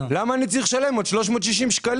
למה אני צריך לשלם עוד 360 שקלים